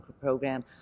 Program